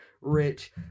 rich